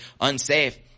unsafe